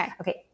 Okay